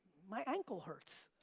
my ankle hurts.